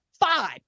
five